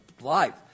life